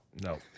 No